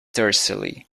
tersely